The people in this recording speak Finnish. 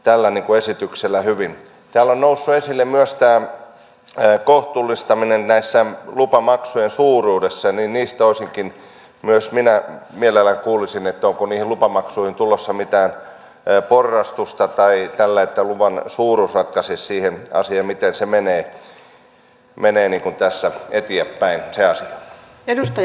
täällä on noussut esille myös tämä kohtuullistaminen näiden lupamaksujen suuruudessa ja myös minä mielelläni kuulisin onko niihin lupamaksuihin tulossa mitään porrastusta tai tällaista että luvan suuruus ratkaisisi sen asian miten se asia menee tässä eteenpäin